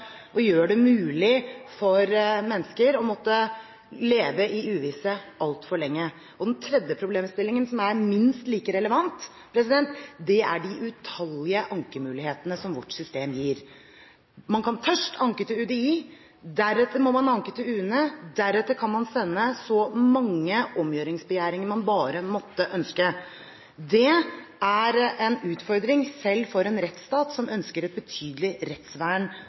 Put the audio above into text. og det gjør at mennesker må leve i uvisshet altfor lenge. Den tredje problemstillingen, som er minst like relevant, er de utallige ankemulighetene som vårt system gir. Man kan først anke til UDI, og deretter må man anke til UNE, deretter kan man sende så mange omgjøringsbegjæringer man bare måtte ønske. Det er en utfordring, selv for en rettsstat som ønsker et betydelig rettsvern